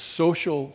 social